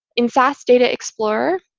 in sas data explorer,